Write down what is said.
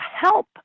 help